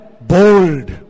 bold